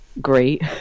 great